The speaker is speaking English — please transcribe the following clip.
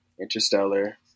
Interstellar